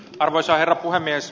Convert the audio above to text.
arvoisa herra puhemies